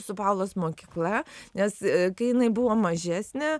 su paulos mokykla nes kai jinai buvo mažesnė